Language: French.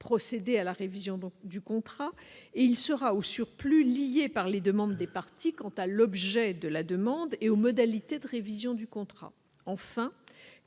procéder à la révision donc du contrat et il sera, au surplus, lié par les demandes des parties quant à l'objet de la demande et aux modalités de révision du contrat, enfin,